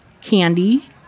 candy